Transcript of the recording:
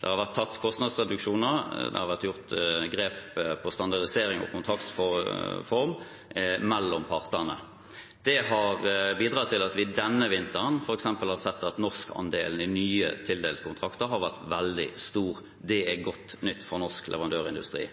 Det har vært kostnadsreduksjoner, det har vært gjort grep på standardisering og kontraktsform mellom partene. Det har bidratt til at vi denne vinteren f.eks. har sett at norskandelen i nye tildelte kontrakter har vært veldig stor. Det er godt nytt for norsk leverandørindustri.